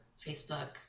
Facebook